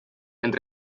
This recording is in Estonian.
ent